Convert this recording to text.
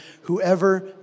whoever